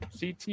CT